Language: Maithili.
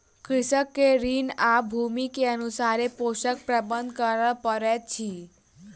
कृषक के ऋतू आ भूमि के अनुसारे पोषक प्रबंधन करअ पड़ैत अछि